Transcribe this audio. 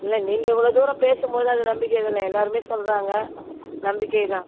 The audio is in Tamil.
இல்லை நீங்கள் இவ்வளோ தூரம் பேசும் போது அது நம்பிக்கை தானே எல்லாருமே சொல்லுறாங்க நம்பிக்கை தான்